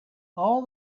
all